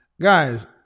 Guys